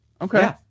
Okay